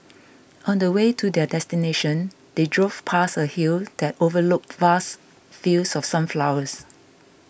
on the way to their destination they drove past a hill that overlooked vast fields of sunflowers